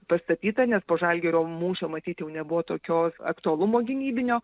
pastatyta nes po žalgirio mūšio matyt jau nebuvo tokio aktualumo gynybinio